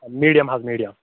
medium حظ medium